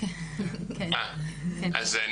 שיש